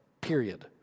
period